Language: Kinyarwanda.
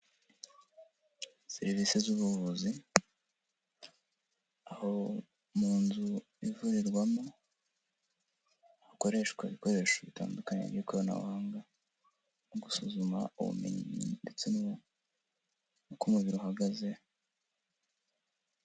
Serivisi z’ubuvuzi aho mu nzu ivurirwamo hakoreshwa ibikoresho bitandukanye by'ikoranabuhanga mu gusuzuma ubumenyi ndetse n'uko umubiri uhagaze.